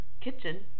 kitchen